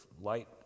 light